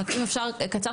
רק אם אפשר קצר,